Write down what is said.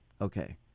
Okay